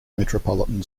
metropolitan